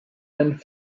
and